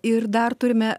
ir dar turime